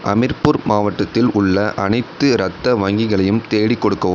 ஹமிர்பூர் மாவட்டத்தில் உள்ள அனைத்து இரத்த வங்கிகளையும் தேடிக் கொடுக்கவும்